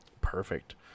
Perfect